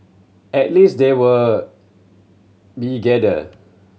at least they were we gather